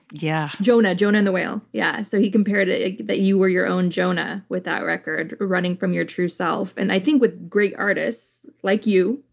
yeah. jonah. jonah and the whale. yeah. so he compared ah that you were your own jonah with that record running from your true self. and i think with great artists like you,